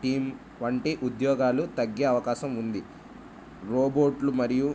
team వంటి ఉద్యోగాలు తగ్గే అవకాశం ఉంది రోబోట్లు మరియు